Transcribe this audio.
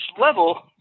level